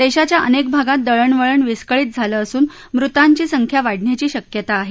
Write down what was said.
देशाच्या अनेक भागात दळणवळण विस्कळीत झालं असून मृतांची संख्या वाढण्याची शक्यता आहे